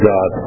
God